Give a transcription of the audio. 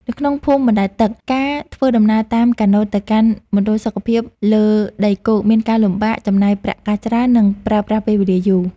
នៅក្នុងភូមិអណ្តែតទឹក ការធ្វើដំណើរតាមកាណូតទៅកាន់មណ្ឌលសុខភាពលើដីគោកមានការលំបាក ចំណាយប្រាក់កាសច្រើន និងប្រើប្រាស់ពេលវេលាយូរ។